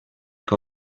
que